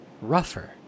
rougher